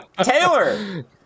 taylor